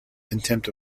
contempt